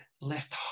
left